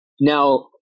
Now